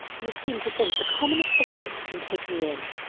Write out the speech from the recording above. you seem to think the commonest device can take me in!